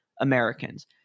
Americans